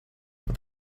that